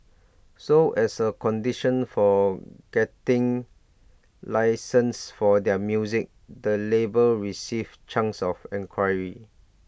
so as A condition for getting licences for their music the labels receive chunks of equity